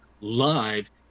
live